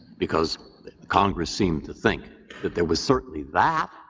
because congress seemed to think that there was certainly that.